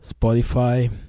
Spotify